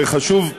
וחשוב,